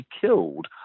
killed